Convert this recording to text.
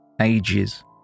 ages